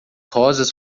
rosas